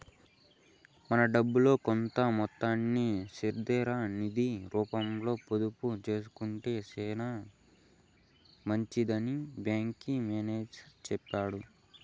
మన డబ్బుల్లో కొంత మొత్తాన్ని స్థిర నిది రూపంలో పొదుపు సేసుకొంటే సేనా మంచిదని బ్యాంకి మేనేజర్ సెప్పినారు